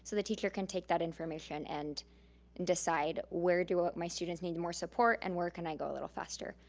so the teacher can take that information and decide where do ah my students need more support and where can i go a little faster.